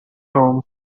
home